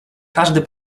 każdy